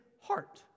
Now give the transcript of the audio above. heart